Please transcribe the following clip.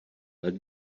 let